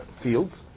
fields